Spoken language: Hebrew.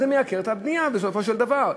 זה מייקר את הבנייה בסופו של דבר.